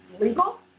legal